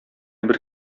бер